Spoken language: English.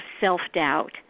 self-doubt